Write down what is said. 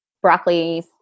broccoli